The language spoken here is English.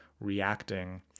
reacting